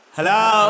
Hello